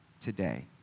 today